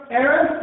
Aaron